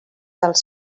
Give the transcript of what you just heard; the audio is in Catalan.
dels